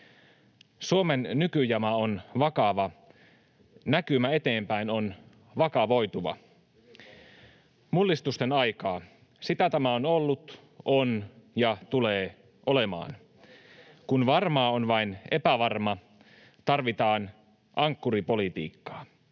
Suomen nykyjama on vakava. Näkymä eteenpäin on vakavoituva. [Jussi Halla-aho: Hyvin sanottu!] Mullistusten aikaa, sitä tämä on ollut, on ja tulee olemaan. Kun varmaa on vain epävarma, tarvitaan ankkuripolitiikkaa.